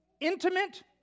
intimate